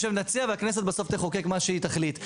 נשב ונציע ובסוף הכנסת תחוקק את מה שהיא תחליט.